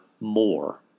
more